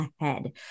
ahead